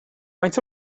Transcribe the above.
faint